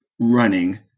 running